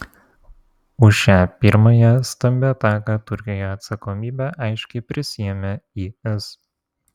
už šią pirmąją stambią ataką turkijoje atsakomybę aiškiai prisiėmė is